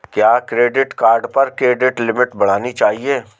क्या credit card पर credit limit बढ़ानी चाहिए?